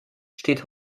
steht